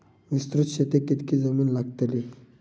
विस्तृत शेतीक कितकी जमीन लागतली?